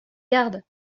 garde